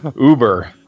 uber